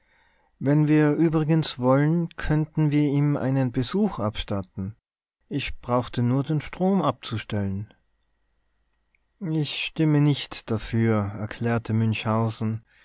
wenn wir übrigens wollten könnten wir ihm einen besuch abstatten ich brauchte nur den strom abzustellen ich stimme nicht dafür erklärte münchhausen